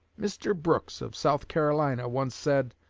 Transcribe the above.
mr. brooks, of south carolina, once said,